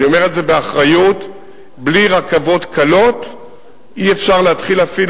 אני אומר את זה באחריות: בלי רכבות קלות אי-אפשר אפילו